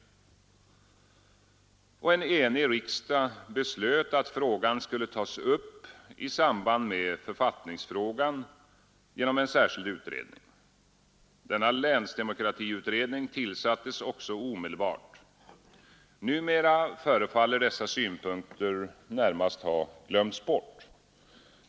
En enig riksdag beslöt att frågan skulle tas upp i samband med författningsfrågan genom en särskild utredning. Denna länsdemokratiutredning tillsattes också omedelbart. Numera förefaller dessa synpunkter närmast ha glömts bort.